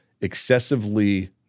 excessively